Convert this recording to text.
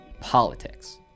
politics